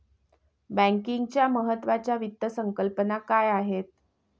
बँकिंगच्या महत्त्वाच्या वित्त संकल्पना काय आहेत?